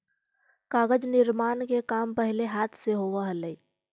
कागज निर्माण के काम पहिले हाथ से होवऽ हलइ